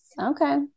Okay